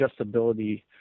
adjustability